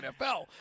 NFL